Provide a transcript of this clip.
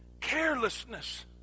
carelessness